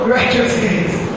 Righteousness